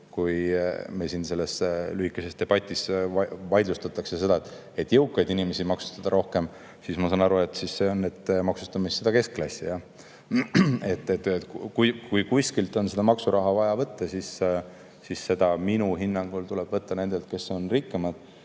kui meil siin lühikeses debatis vaidlustatakse seda, et jõukaid inimesi rohkem maksustada, siis ma saan aru nii, et maksustame siis keskklassi. Kui kuskilt on maksuraha vaja võtta, siis seda minu hinnangul tuleb võtta nendelt, kes on rikkamad.